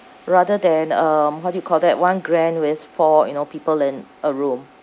rather than um what do you call that one grand with four you know people in a room